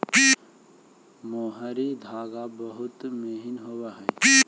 मोहरी धागा बहुत ही महीन होवऽ हई